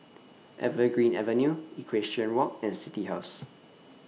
Evergreen Avenue Equestrian Walk and City House